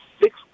six